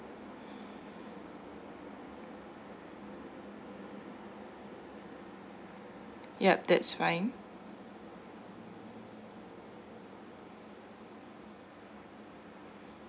yup that's fine